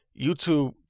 YouTube